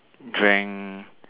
drank